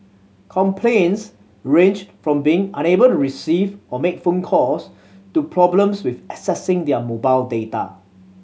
complaints ranged from being unable to receive or make phone calls to problems with accessing their mobile data